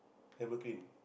never clean